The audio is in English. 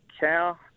cow